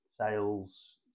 sales